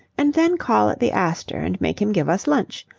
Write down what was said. and then call at the astor and make him give us lunch.